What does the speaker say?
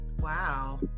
Wow